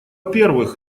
первых